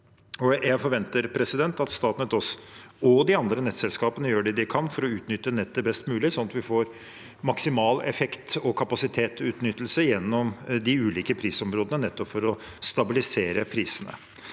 Jeg forventer at Statnett og de andre nettselskapene gjør det de kan for å utnytte nettet best mulig, slik at vi får maksimal effekt og kapasitetsutnyttelse gjennom de ulike prisområdene, nettopp for å stabilisere prisene.